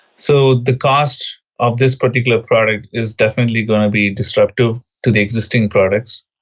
so the cost of this particular product is definitely going to be disruptive to the existing products,